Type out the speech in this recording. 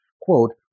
quote